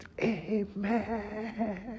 Amen